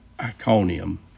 Iconium